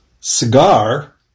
Cigar